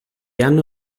hanno